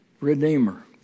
redeemer